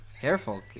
Careful